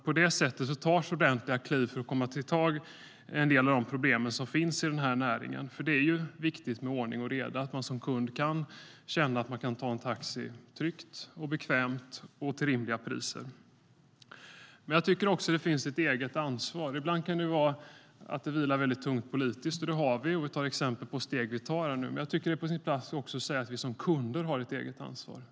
På detta sätt tas ordentliga kliv för att ta tag i en del av de problem som finns i näringen. Det är viktigt med ordning och reda, att man som kund kan ta en taxi tryggt, bekvämt och till rimliga priser. Men det finns också ett eget ansvar. Ibland kan det finnas ett tungt politiskt ansvar, och exemplet är de steg vi tar nu. Men det är på sin plats att säga att vi som kunder har ett eget ansvar.